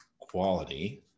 quality